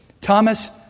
Thomas